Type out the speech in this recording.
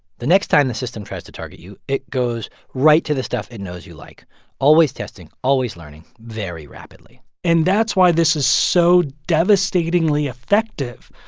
the next time the system tries to target you, it goes right to the stuff it knows you like always testing, always learning, very rapidly and that's why this is so devastatingly effective.